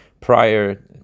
prior